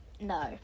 No